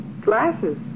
glasses